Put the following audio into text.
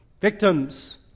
Victims